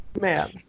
Man